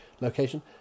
location